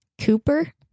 Cooper